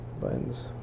Buttons